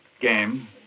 game